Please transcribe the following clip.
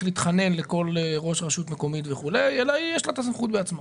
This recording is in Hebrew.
להתחנן בפני כל ראש רשות מקומית אלא תהיה לה בעצמה הסמכות.